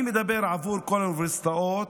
אני מדבר על כל האוניברסיטאות,